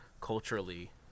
culturally